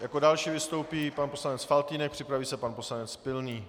Jako další vystoupí pan poslanec Faltýnek, připraví se pan poslanec Pilný.